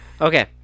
Okay